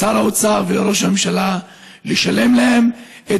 לשר האוצר ולראש הממשלה לשלם להם את